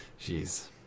Jeez